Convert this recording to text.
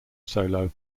solo